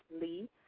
Lee